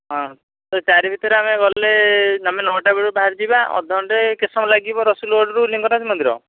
ହଁ ସେ ତାରି ଭିତରେ ଆମେ ଗଲେ ଆମେ ନଅଟା ବେଳକୁ ବାହାରିଯିବା ଅଧ ଘଣ୍ଟେ କେତେ ସମୟ ଲାଗିବ ରସୁଲଗଡ଼ରୁ ଲିଙ୍ଗରାଜ ମନ୍ଦିର